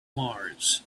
mars